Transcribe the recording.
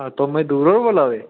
तू मजदूर होर बोल्ला दे